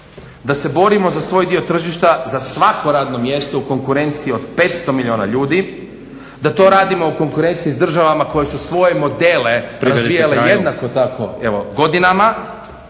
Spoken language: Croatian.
da se borimo za svoj dio tržišta za svako radno mjesto u konkurenciji od 500 milijuna ljudi, da to radimo u konkurenciji sa državama koje su svoje modele razvijale jednako tako …